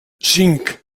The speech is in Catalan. cinc